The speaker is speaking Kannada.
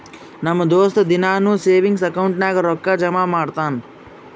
ನಮ್ ದೋಸ್ತ ದಿನಾನೂ ಸೇವಿಂಗ್ಸ್ ಅಕೌಂಟ್ ನಾಗ್ ರೊಕ್ಕಾ ಜಮಾ ಮಾಡ್ತಾನ